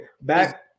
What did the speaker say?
back